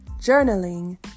Journaling